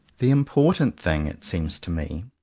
the important thing, it seems to me,